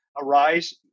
arise